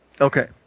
Okay